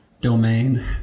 domain